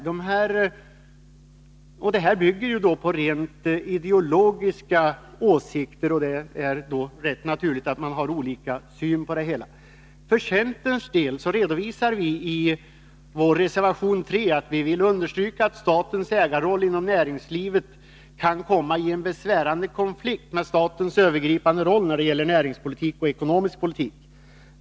Dessa bygger ju på rent ideologiska skillnader. Det är rätt naturligt att man har olika syn på det hela. För centerns del vill vi i reservation 3 understryka att statens ägarroll inom näringslivet kan komma i en besvärande konflikt med statens övergripande roll när det gäller näringspolitik och ekonomisk politik.